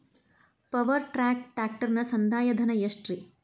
Power track ಟ್ರ್ಯಾಕ್ಟರನ ಸಂದಾಯ ಧನ ಎಷ್ಟ್ ರಿ?